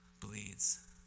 bleeds